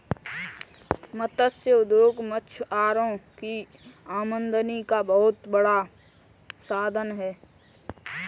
मत्स्य उद्योग मछुआरों की आमदनी का बहुत बड़ा साधन है